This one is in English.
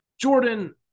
Jordan